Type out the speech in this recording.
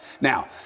Now